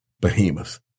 behemoth